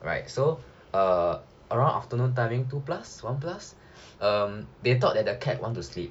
right so err around afternoon timing two plus one plus um they thought that the cat want to sleep